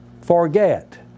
forget